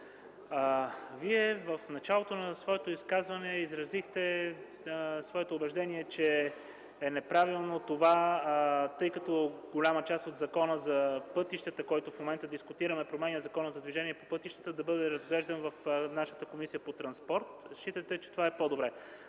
Вие в началото на своето изказване изразихте своето убеждение, че е неправилно това, тъй като голяма част от Закона за пътищата, който в момента дискутираме – промени на Закона за движение по пътищата, да бъде разглеждан в нашата Комисията по транспорт, информационни технологии